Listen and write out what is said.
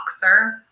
boxer